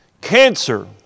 Cancer